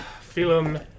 Film